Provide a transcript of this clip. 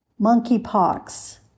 monkeypox